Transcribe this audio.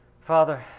Father